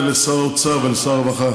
לשר האוצר ולשר הרווחה,